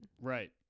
right